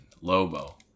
Lobo